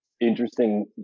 Interesting